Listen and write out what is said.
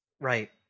Right